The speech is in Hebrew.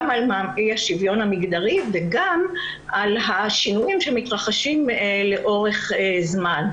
על אי השוויון המגדרי וגם על השינויים שמתרחשים לאורך זמן.